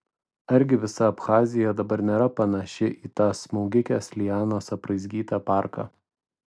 argi visa abchazija dabar nėra panaši į tą smaugikės lianos apraizgytą parką